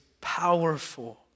powerful